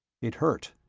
it hurt.